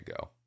go